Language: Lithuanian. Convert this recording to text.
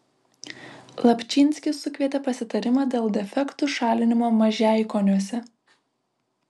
lapčynskis sukvietė pasitarimą dėl defektų šalinimo mažeikoniuose